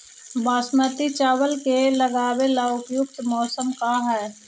बासमती चावल के लगावे ला उपयुक्त मौसम का है?